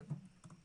כן.